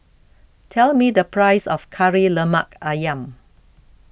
tell me the price of Kari Lemak Ayam